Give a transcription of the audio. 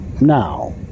Now